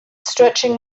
stretching